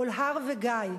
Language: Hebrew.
כל הר וגיא,